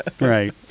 Right